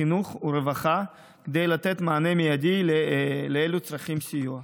החינוך והרווחה כדי לתת מענה מיידי לאלו הצריכים סיוע.